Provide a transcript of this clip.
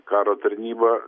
karo tarnybą